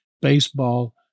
baseball